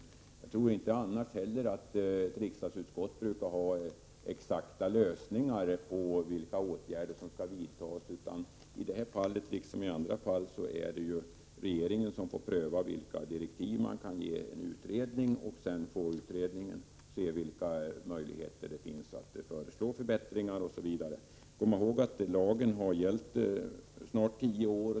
Jag tror inte att ett riksdagsutskott normalt brukar ha exakta lösningar på vilka åtgärder som skall vidtas, och i detta liksom i andra fall är det regeringen som får pröva vilka direktiv man kan ge en utredning. Sedan får utredningen se vilka möjligheter som finns att föreslå förbättringar osv. Vi skall komma ihåg att lagen har gällt i snart tio år.